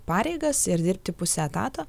pareigas ir dirbti puse etato